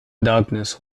darkness